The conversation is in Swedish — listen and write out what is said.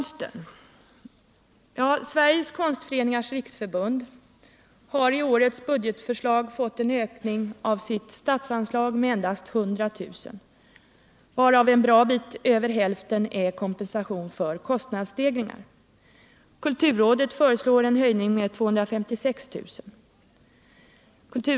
Sveriges konstföreningars riksförbund har i årets budgetförslag fått en ökning av sitt statsanslag med endast 100 000, varav en bra bit över hälften är kompensation för kostnadsstegringar. Kulturrådet föreslår en höjning med 256 000.